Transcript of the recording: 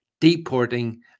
deporting